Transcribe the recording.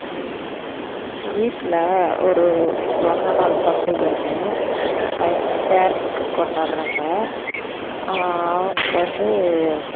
வீட்டில் ஒரு பிறந்தநாள் பண்டிகை ஒன்று பையன் பேரனுக்கு கொண்டாடுகிறாங்க அவனுக்கு வந்து